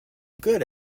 good